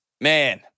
man